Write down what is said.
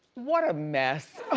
what a mess.